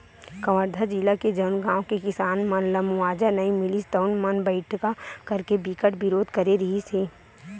कवर्धा जिला के जउन गाँव के किसान मन ल मुवावजा नइ मिलिस तउन मन बइठका करके बिकट बिरोध करे रिहिस हे